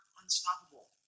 unstoppable